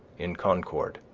in concord,